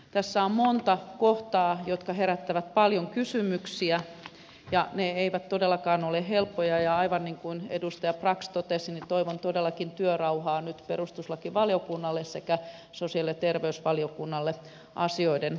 tässä on monta kohtaa jotka herättävät paljon kysymyksiä ja ne eivät todellakaan ole helppoja ja aivan niin kuin edustaja brax totesi todellakin tarvitaan nyt työrauhaa perustuslakivaliokunnalle sekä sosiaali ja terveysvaliokunnalle asioiden käsittelyyn